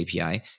API